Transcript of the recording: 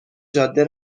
جاده